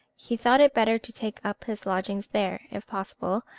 he thought it better to take up his lodgings there, if possible,